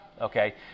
okay